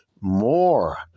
more